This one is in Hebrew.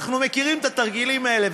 ואנחנו מכירים את התרגילים אלה,